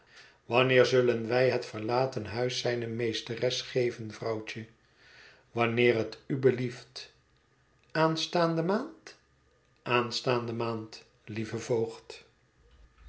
wanneer zullen wij het verlaten huis zijne meesteres geven vrouwtje wanneer het u belieft aanstaande maand aanstaande maand lieve voogd